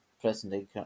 presently